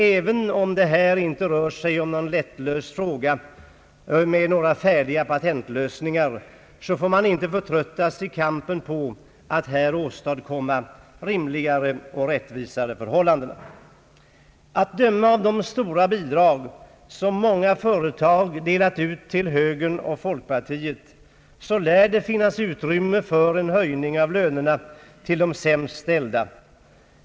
Även om det här inte rör sig om någon lättlöst fråga med färdiga patentlösningar så får man inte förtröttas i kampen att åstadkomma rimligare och rättvisare förhållanden. Att döma av de stora bidrag som många företag delat ut till högern och folkpartiet, så lär det finnas utrymme för en höjning av lönerna till de sämst ställda.